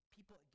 People